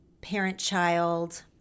parent-child